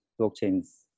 blockchains